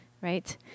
right